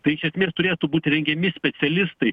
tai iš esmės turėtų būt rengiami specialistai